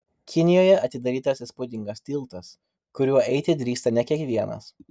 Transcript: kinijoje atidarytas įspūdingas tiltas kuriuo eiti drįsta ne kiekvienas